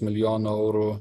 milijonų eurų